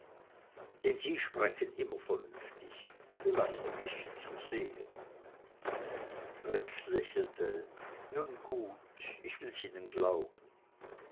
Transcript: denn sie sprechen immer vernünftig vielleicht ein bißchen zu sehr rex lächelte nun gut ich will's ihnen glauben